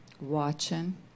watching